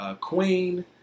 Queen